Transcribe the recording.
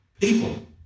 people